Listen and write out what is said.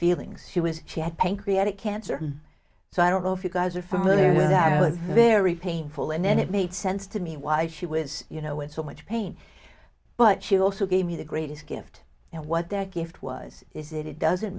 feelings she was she had pain created cancer so i don't know if you guys are familiar with that it was very painful and it made sense to me why she was you know in so much pain but she also gave me the greatest gift and what their gift was is it it doesn't